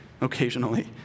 occasionally